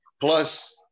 Plus